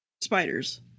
Spiders